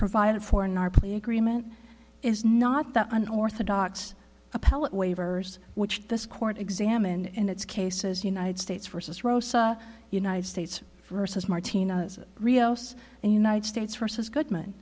provided for in our plea agreement is not that an orthodox appellate waivers which this court examined in its cases united states versus rossa united states versus martina rios and united states versus goodman